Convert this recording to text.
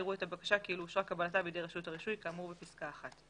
יראו את הבקשה כאילו אושרה קבלתה בידי רשות הרישוי כאמור בפסקה (1).